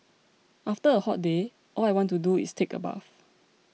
after a hot day all I want to do is take a bath